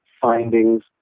findings